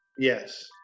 yes